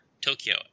Tokyo